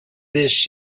this